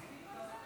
אדוני היושב-ראש,